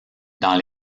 dans